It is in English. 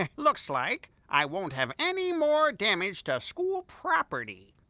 and look so like i won't have any more damage to school property.